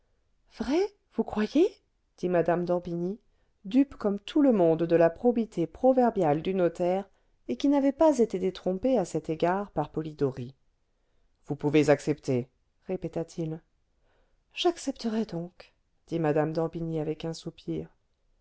vrai vous croyez dit mme d'orbigny dupe comme tout le monde de la probité proverbiale du notaire et qui n'avait pas été détrompée à cet égard par polidori vous pouvez accepter répéta-t-il j'accepterai donc dit mme d'orbigny avec un soupir